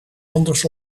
anders